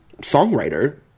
songwriter